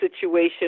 situation